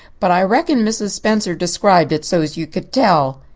but i reckon mrs. spencer described it so's you could tell.